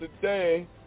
today